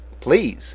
please